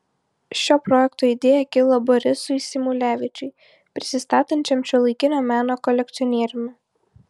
šio projekto idėja kilo borisui symulevičiui prisistatančiam šiuolaikinio meno kolekcionieriumi